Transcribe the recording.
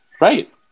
Right